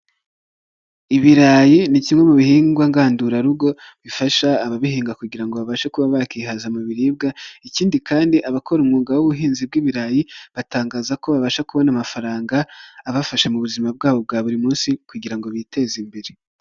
Ibirayi ni kimwe mu bihingwa ngandurarugo bifasha ababihinga kugira babashe kuba bakihaza mu biribwa ikindi kandi abakora umwuga w'ubuhinzi bw'ibirayi batangaza ko babasha kubona amafaranga abafasha mu buzima bwabo bwa buri munsi kugira ngo biteze imbere.